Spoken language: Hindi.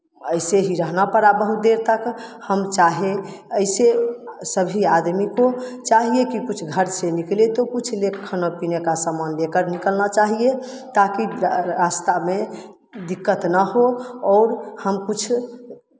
ऐसे ही रहना पड़ा बहुत देर तक हम चाहे ऐसे सभी आदमी को चाहिए की कुछ घर से निकले तो कुछ लेकर खाने पीने का सामान लेकर निकलना चाहिए ताकि रास्ता में दिक्कत ना हो और हम कुछ